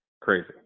crazy